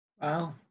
Wow